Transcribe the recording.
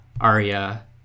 Arya